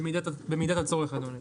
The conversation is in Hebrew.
במידת הצורך, אדוני.